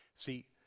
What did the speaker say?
See